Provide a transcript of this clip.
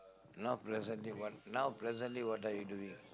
now presently one now presently what are you doing